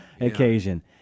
occasion